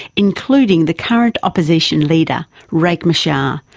including the current opposition leader, riek machar, ah